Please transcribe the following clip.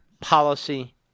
policy